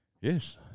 Yes